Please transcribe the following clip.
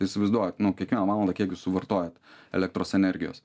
įsivaizduojat nu kiekvieną valandą kiek jūs suvartojat elektros energijos